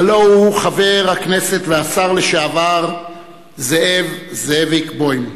הלוא הוא חבר הכנסת והשר לשעבר זאב, זאביק, בוים,